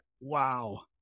Wow